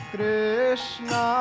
Krishna